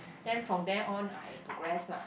then from there on I progress lah